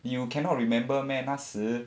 you cannot remember meh 那时